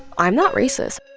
i'm not racist.